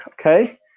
okay